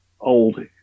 old